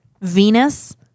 Venus